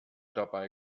dabei